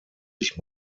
sich